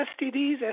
STDs